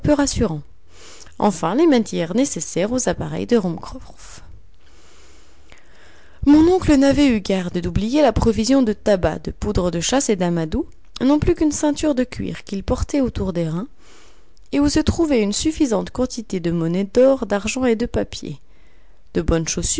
rassurant enfin les matières nécessaires aux appareils de ruhmkorff mon oncle n'avait eu garde d'oublier la provision de tabac de poudre de chasse et d'amadou non plus qu'une ceinture de cuir qu'il portait autour des reins et où se trouvait une suffisante quantité de monnaie d'or d'argent et de papier de bonnes